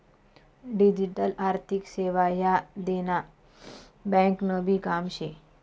digital आर्थिक सेवा ह्या देना ब्यांकनभी काम शे